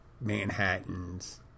Manhattans